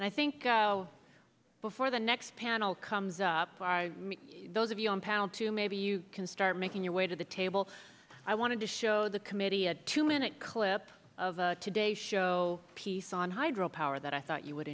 and i think go before the next panel comes up for those of you on pound to maybe you can start making your way to the table i want to show the committee a two minute clip of the today show piece on hydropower that i thought you would